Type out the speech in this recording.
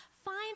Find